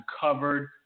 covered